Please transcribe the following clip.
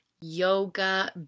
yoga